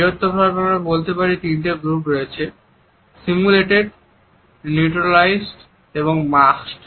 বৃহত্তর ভাবে আমরা বলতে পারি যে তিনটি গ্রুপ রয়েছে সিমুলেটেড নিউট্রালাইজড এবং মাস্কড